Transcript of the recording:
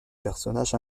personnage